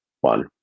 one